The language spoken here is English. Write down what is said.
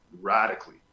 radically